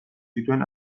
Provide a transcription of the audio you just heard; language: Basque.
zituen